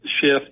shift